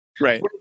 Right